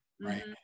Right